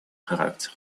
характер